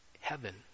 heaven